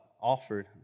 offered